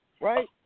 right